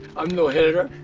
i'm no hitter.